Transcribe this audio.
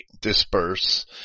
disperse